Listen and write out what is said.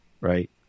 Right